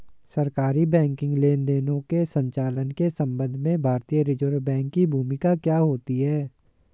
सरकारी बैंकिंग लेनदेनों के संचालन के संबंध में भारतीय रिज़र्व बैंक की भूमिका क्या होती है?